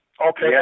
Okay